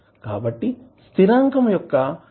కాబట్టి స్థిరంకం యొక్క డెరివేటివ్ విలువ సున్నా అవుతుంది